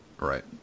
Right